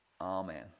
amen